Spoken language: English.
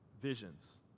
visions